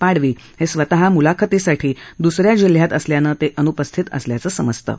पाडवी हे स्वतः मुलाखतीसाठी द्दसऱ्या जिल्ह्यात असल्यानं ते अन्पस्थित असल्याचं समजतं